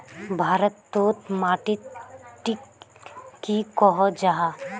भारत तोत माटित टिक की कोहो जाहा?